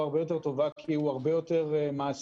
הרבה יותר טובה כי הוא הרבה יותר מעשי,